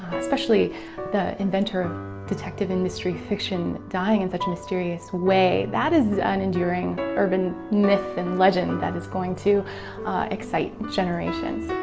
especially the inventor of detective and mystery fiction dying in such a mysterious way, that is an enduring urban myth and legend that is going to excite generations.